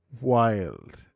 wild